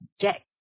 Jack